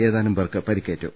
ഏതാനുംപേർക്ക് പരിക്കേറ്റു